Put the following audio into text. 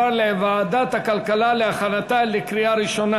לוועדת הכלכלה להכנתה לקריאה ראשונה.